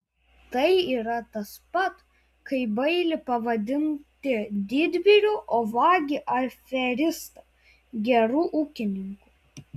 tai yra tas pat kas bailį pavadinti didvyriu o vagį ar aferistą geru ūkininku